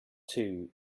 two